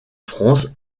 france